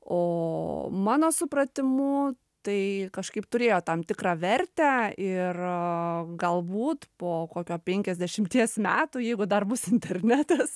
o mano supratimu tai kažkaip turėjo tam tikrą vertę ir galbūt po kokio penkiasdešimties metų jeigu dar bus internetas